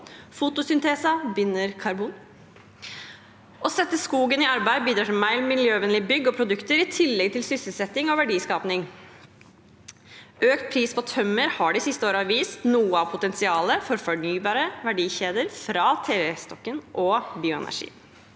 Fotosyntese binder karbon. Å sette skogen i arbeid bidrar til mer miljøvennlige bygg og produkter, i tillegg til sysselsetting og verdiskaping. Økt pris på tømmer har de siste årene vist noe av potensialet for fornybare verdikjeder fra trestokken og bioenergi.